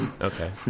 Okay